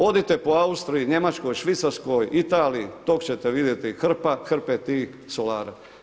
Odite po Austriji, Njemačkoj, Švicarskoj, Italiji, tog ćete vidjeti hrpe tih solara.